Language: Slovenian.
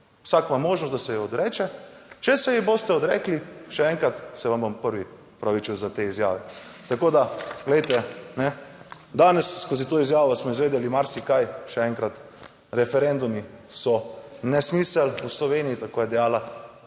Vsak ima možnost, da se ji odreče. Če se ji boste odrekli, še enkrat, se vam bom prvi opravičil za te izjave. Tako da glejte, kajne, danes skozi to izjavo smo izvedeli marsikaj. Še enkrat. Referendumi so nesmiselni v Sloveniji, tako je dejala